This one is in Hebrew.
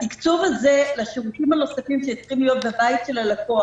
התקצוב לשירותים הנוספים שצריכים להיות בבית של הלקוח,